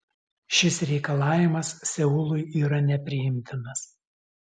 šis reikalavimas seului yra nepriimtinas